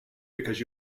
because